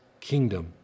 kingdom